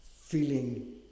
feeling